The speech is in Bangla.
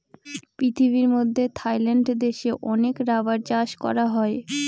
পৃথিবীর মধ্যে থাইল্যান্ড দেশে অনেক রাবার চাষ করা হয়